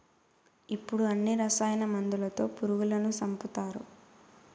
ఇప్పుడు అన్ని రసాయన మందులతో పురుగులను సంపుతారు